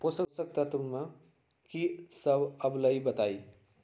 पोषक तत्व म की सब आबलई बताई?